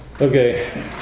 Okay